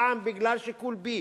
פעם בגלל שיקול b,